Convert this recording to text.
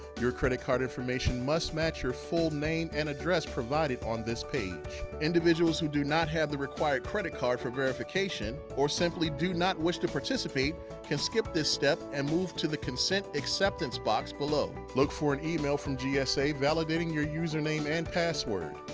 your credit card information must match your full name and address provided on this page. individuals who do not have the required credit card for verification or simply do not wish to participate can skip this step and move to the consent acceptance box below. look for an email from gsa validating your username and password.